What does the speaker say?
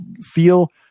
feel